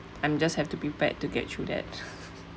I'm just have to prepared to get through that